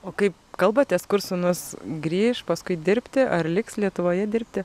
o kaip kalbatės kur sūnus grįš paskui dirbti ar liks lietuvoje dirbti